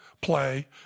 play